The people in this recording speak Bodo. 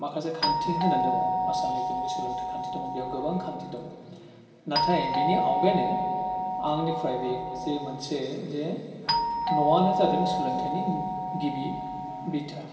माखासे खान्थि होनानै दङ आसामनि जेनाखि सोलोंथाइ खान्थि दङ बेयाव गोबां खान्थि दं नाथाय बिनि आवगायनो आंनिफ्राय बे जे मोनसे जे न'आनो जादों सोलोंथाइनि गिबि बिथा